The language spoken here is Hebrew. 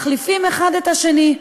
מחליפים אחד את השני.